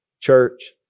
Church